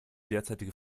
derzeitige